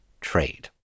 trade